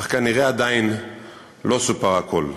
אך כנראה עדיין לא סופר הכול.